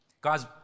Guys